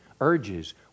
urges